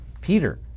peter